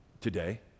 today